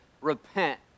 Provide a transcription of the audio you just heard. repent